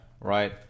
Right